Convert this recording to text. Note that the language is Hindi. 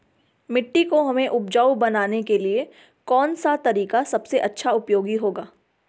मिट्टी को हमें उपजाऊ बनाने के लिए कौन सा तरीका सबसे अच्छा उपयोगी होगा?